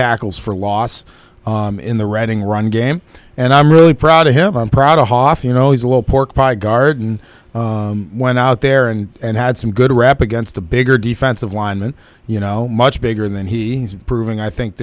tackles for loss in the running run game and i'm really proud of him i'm proud of hof you know he's a little pork pie garden went out there and had some good rap against a bigger defensive lineman you know much bigger than he proving i think